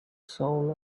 soul